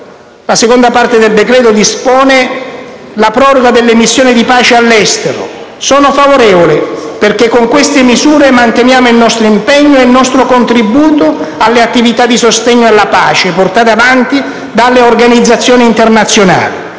La seconda parte del decreto-legge dispone la proroga delle missioni di pace all'estero. Sono favorevole, perché con queste misure manteniamo il nostro impegno e il nostro contributo alle attività di sostegno alla pace portate avanti dalle organizzazioni internazionali.